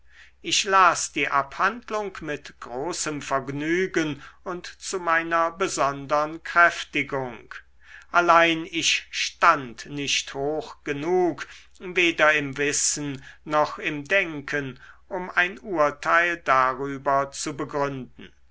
ich las die abhandlung mit großem vergnügen und zu meiner besondern kräftigung allein ich stand nicht hoch genug weder im wissen noch im denken um ein urteil darüber zu begründen